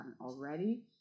already